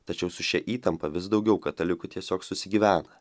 tačiau su šia įtampa vis daugiau katalikų tiesiog susigyvena